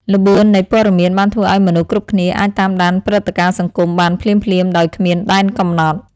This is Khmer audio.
ល្បឿននៃព័ត៌មានបានធ្វើឱ្យមនុស្សគ្រប់គ្នាអាចតាមដានព្រឹត្តិការណ៍សង្គមបានភ្លាមៗដោយគ្មានដែនកំណត់។